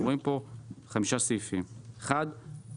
אנחנו רואים פה חמישה סעיפים: הראשון,